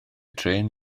trên